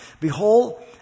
Behold